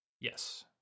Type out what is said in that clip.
Yes